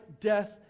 death